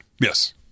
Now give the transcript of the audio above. Yes